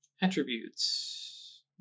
Attributes